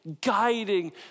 guiding